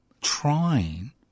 trying